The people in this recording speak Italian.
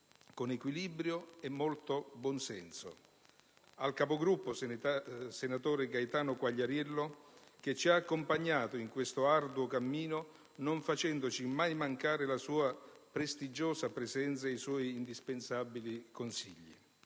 con equilibrio e molto buon senso, al Capogruppo, senatore Gaetano Quagliariello, che ci ha accompagnato in quest'arduo cammino non facendoci mai mancare la sua prestigiosa presenza e i suoi indispensabili consigli,